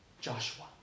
Joshua